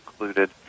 included